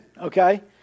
okay